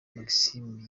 maxime